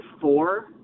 four